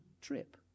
trip